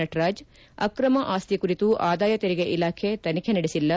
ನಟರಾಜ್ ಅಕ್ರಮ ಆಸ್ತಿ ಕುರಿತು ಆದಾಯ ತೆರಿಗೆ ಇಲಾಖೆ ತನಿಖೆ ನಡೆಸಿಲ್ಲ